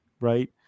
right